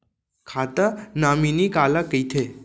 खाता नॉमिनी काला कइथे?